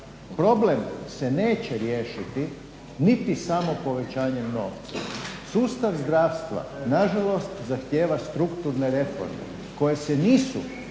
Problem se neće riješiti niti samo povećanjem novca. Sustav zdravstva nažalost zahtjeva strukturne reforme koje se nisu